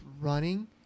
running